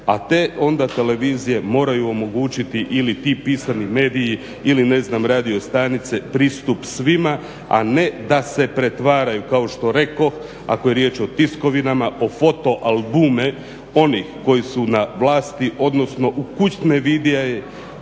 a te onda televizije moraju omogućiti ili ti pisani mediji ili ne znam radio stanice pristup svima, a ne da se pretvaraju kao što rekoh ako je riječ o tiskovinama o foto albume onih koji su na vlasti odnosno u kućni video